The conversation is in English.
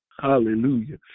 Hallelujah